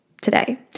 today